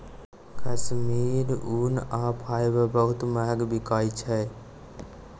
कश्मीरी ऊन आ फाईबर बहुत महग बिकाई छै